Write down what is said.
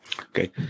Okay